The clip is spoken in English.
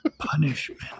Punishment